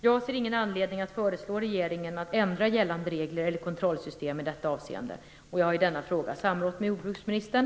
Jag ser ingen anledning att föreslå regeringen att ändra gällande regler eller kontrollsystem i detta avseende. Jag har i denna fråga samrått med jordbruksministern.